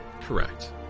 Correct